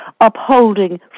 upholding